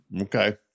Okay